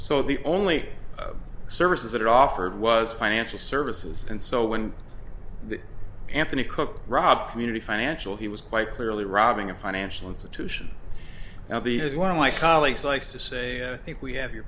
so the only services that are offered was financial services and so when anthony cook robbed community financial he was quite clearly robbing a financial institution now the one of my colleagues likes to say i think we have your